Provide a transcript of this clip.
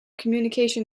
communication